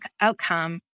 outcome